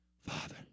Father